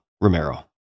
Romero